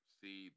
see